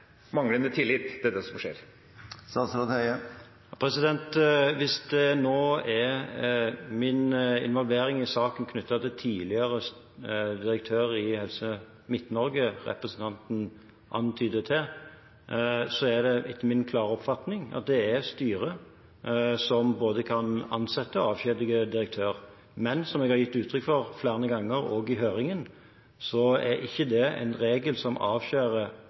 er min involvering i saken knyttet til tidligere direktør i Helse Midt-Norge representanten hentyder til, er det min klare oppfatning at det er styret som både kan ansette og avskjedige direktør. Men som jeg har gitt uttrykk for flere ganger også i høringen, er ikke det en regel som avskjærer